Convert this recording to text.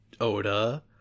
Oda